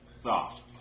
Thought